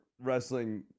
wrestling